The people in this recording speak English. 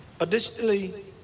additionally